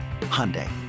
Hyundai